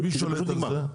מי שולט על זה?